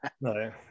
No